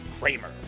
Kramer